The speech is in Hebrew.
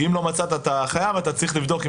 כי אם לא מצאת את החייב אתה צריך לבדוק אם